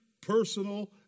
personal